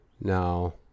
Now